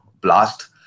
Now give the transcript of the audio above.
blast